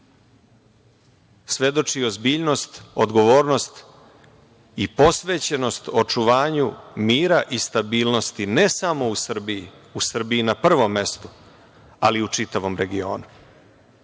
svedoči ozbiljnost, odgovornost i posvećenost očuvanju mira i stabilnosti ne samo u Srbiji, u Srbiji na prvom mestu, ali i u čitavom regionu. Nećete